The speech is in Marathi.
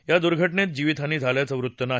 या दुर्घाज्ञेत जीवीतहानी झाल्याचं वृत्त नाही